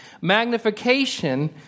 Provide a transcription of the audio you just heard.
Magnification